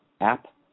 app